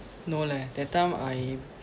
no leh that time I